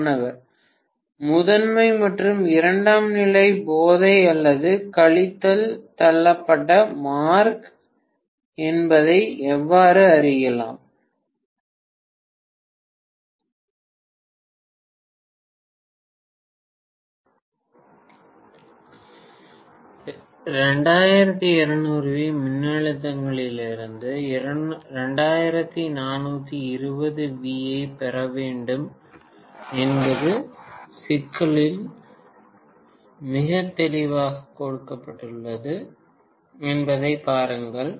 மாணவர் முதன்மை மற்றும் இரண்டாம் நிலை போதை அல்லது கழித்தல் தள்ளப்பட்ட மார்க் என்பதை எவ்வாறு அறியலாம் பேராசிரியர் 2200 V மின்னழுத்தங்களிலிருந்து 2420 V ஐப் பெற வேண்டும் என்பது சிக்கலில் மிகத் தெளிவாகக் கொடுக்கப்பட்டுள்ளது என்பதைப் பாருங்கள்